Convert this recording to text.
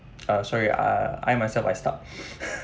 uh sorry I I myself I stopped